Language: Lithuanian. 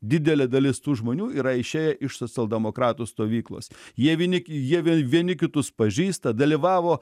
didelė dalis tų žmonių yra išėję iš socialdemokratų stovyklos jie vieni jie vie vieni kitus pažįsta dalyvavo